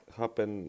happen